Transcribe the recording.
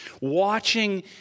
watching